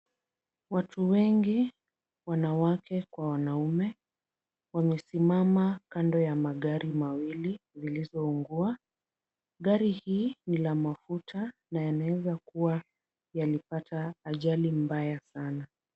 Watu wengi, wanawake kwa wanaume, wamesimama kando ya magari mawili zilizo ungua. Gari hii ni la mafuta na yanaweza kuwa yalipata ajali mbaya sana.